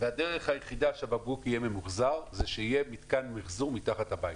והדרך היחידה שבקבוק יהיה ממחוזר זה שיהיה מתקן מיחזור מתחת לבית.